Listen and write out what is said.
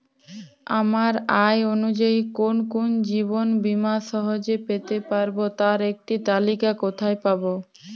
আমার আয় অনুযায়ী কোন কোন জীবন বীমা সহজে পেতে পারব তার একটি তালিকা কোথায় পাবো?